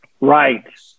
Right